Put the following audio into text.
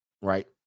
Right